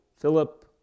Philip